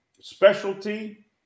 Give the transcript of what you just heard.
specialty